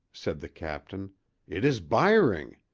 said the captain it is byring!